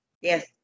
Yes